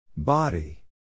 body